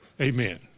Amen